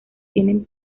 tienen